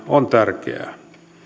on tärkeää